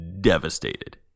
devastated